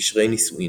וקשרי נישואין.